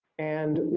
and